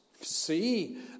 See